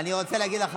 לא.